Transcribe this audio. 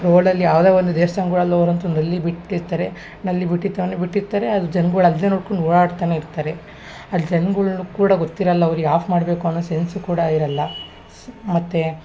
ರೋಡಲ್ಲಿ ಯಾವುದೇ ಒಂದು ದೇವ್ಸ್ಥಾನಗುಳಲ್ಲಿ ಹೋದ್ರ್ ಅಂತೂ ನಲ್ಲಿ ಬಿಟ್ಟಿರ್ತಾರೆ ನಲ್ಲಿ ಬಿಟ್ಟಿತ್ತು ಅಂದರೆ ಬಿಟ್ಟಿರ್ತಾರೆ ಆದರೆ ಜನ್ಗಳು ಅದನ್ನೇ ನೋಡ್ಕೊಂಡು ಓಡಾಡ್ತಲೇ ಇರ್ತಾರೆ ಆ ಜನ್ಗಳು ಕೂಡ ಗೊತ್ತಿರಲ್ಲ ಅವರಿಗೆ ಆಫ್ ಮಾಡಬೇಕು ಅನ್ನೋ ಸೆನ್ಸು ಕೂಡ ಇರಲ್ಲ ಸ್ ಮತ್ತು